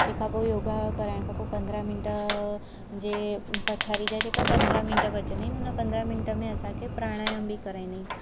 तंहिंखां पोइ योगा कराइण खां पोइ पंद्रहं मिंट जे पछाड़ी जा जेका पंद्रहं मिंट बचंदा आहिनि हुन पंद्रहं मिंट में असांखे प्राणायाम बि कराईंदा आहिनि